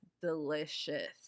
delicious